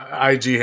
IG